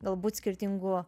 galbūt skirtingų